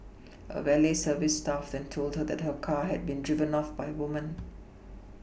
a valet service staff then told her that her car had been driven off by a woman